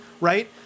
right